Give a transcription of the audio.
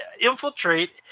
infiltrate